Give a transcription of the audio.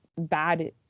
bad